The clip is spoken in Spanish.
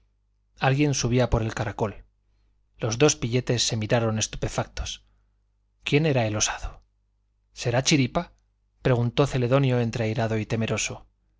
alguien subía por el caracol los dos pilletes se miraron estupefactos quién era el osado será chiripa preguntó celedonio entre airado y temeroso